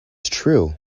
true